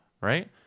Right